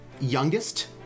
youngest